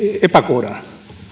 epäkohdan